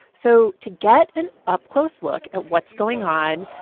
so to get an up-close look at what's going on,